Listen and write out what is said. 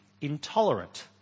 intolerant